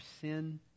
sin